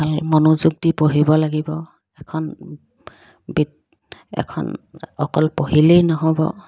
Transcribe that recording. ভাল মনোযোগ দি পঢ়িব লাগিব এখন এখন অকল পঢ়িলেই নহ'ব